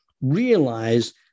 realize